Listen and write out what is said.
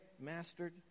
mastered